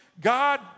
God